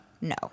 No